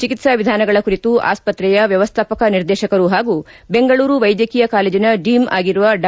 ಚಿಕಿತ್ಸಾ ವಿಧಾನಗಳ ಕುರಿತು ಆಸ್ಪತ್ರೆಯ ವ್ಯವಸ್ಥಾಪಕ ನಿರ್ದೇಶಕರು ಹಾಗೂ ಬೆಂಗಳೂರು ವೈದ್ಯಕೀಯ ಕಾಲೇಜಿನ ಡೀಮ್ ಆಗಿರುವ ಡಾ